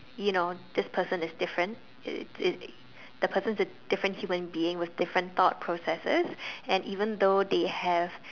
you know this person is different the the the person is a different human being with different though processes and even though they have